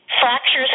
Fractures